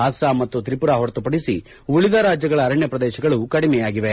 ಅಸ್ಲಾಂ ಮತ್ತು ತ್ರಿಪುರಾ ಹೊರತುಪಡಿಸಿ ಉಳಿದ ರಾಜ್ಯಗಳ ಅರಣ್ನ ಪ್ರದೇಶಗಳು ಕಡಿಮೆಯಾಗಿವೆ